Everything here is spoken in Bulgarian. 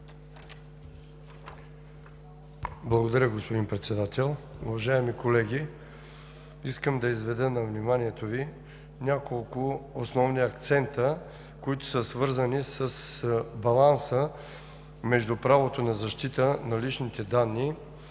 Благодаря, господин Председател. Уважаеми колеги, искам да изведа на вниманието Ви няколко основни акцента, които са свързани с баланса между правото на защита на личните данни